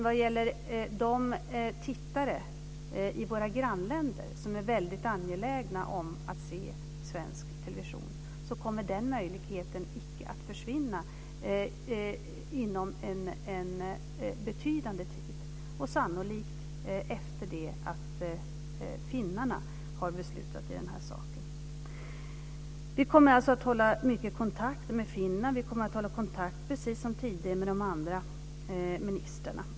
Vad gäller de tittare i våra grannländer som är angelägna om att se svensk television kommer den möjligheten icke att försvinna inom en betydande tid - sannolikt efter det att finnarna har beslutat i den här saken. Vi kommer att hålla mycket kontakt med Finland, och vi kommer precis som tidigare att hålla kontakt med de andra ministrarna.